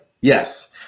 yes